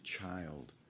child